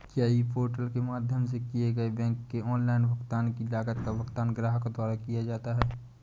क्या e portal के माध्यम से किए गए बैंक के ऑनलाइन भुगतान की लागत का भुगतान ग्राहकों द्वारा किया जाता है?